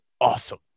awesome